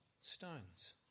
stones